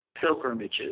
pilgrimages